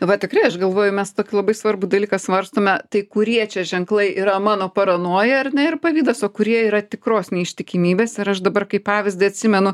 va tikrai aš galvoju mes tokį labai svarbų dalyką svarstome tai kurie čia ženklai yra mano paranoja ar ne ir pavydas o kurie yra tikros neištikimybės ir aš dabar kaip pavyzdį atsimenu